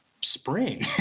spring